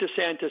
DeSantis